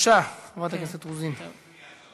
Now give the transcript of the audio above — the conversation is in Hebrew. יש שתי צדיקות פה, מיכל רוזין ואיילת שקד.